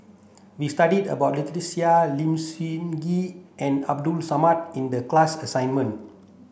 we studied about Lynnette Seah Lim Sun Gee and Abdul Samad in the class assignment